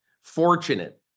fortunate